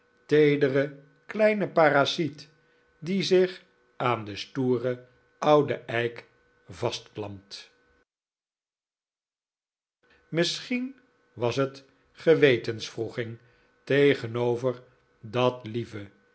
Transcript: teedere kleine parasiet die zich aan den stoeren ouden eik vastklampt misschien was het gewetenswroeging tegenover dat lieve